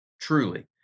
Truly